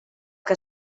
que